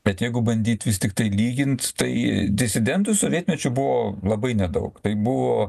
bet jeigu bandyt vis tiktai lygint tai disidentų sovietmečiu buvo labai nedaug tai buvo